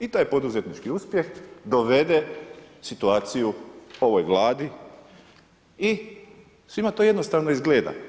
I taj poduzetnički uspjeh dovede situaciju ovoj Vladi i svima to jednostavno izgleda.